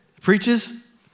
preaches